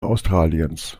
australiens